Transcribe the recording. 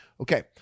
Okay